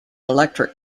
electric